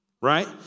Right